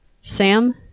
Sam